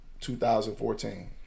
2014